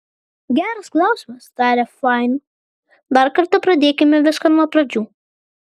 geras klausimas tarė fain dar kartą pradėkime viską nuo pradžių